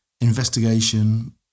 investigation